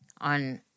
on